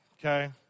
okay